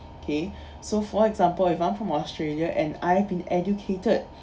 okay so for example if I'm from australia and I've been educated